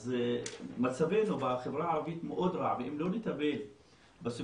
אז מצבנו בחברה הערבית מאוד רע ואם לא נטפל בסוגיות